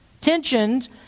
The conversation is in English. Tensions